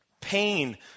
Pain